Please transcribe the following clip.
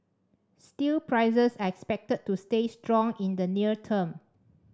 steel prices are expected to stay strong in the near term